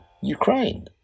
Ukraine